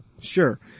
sure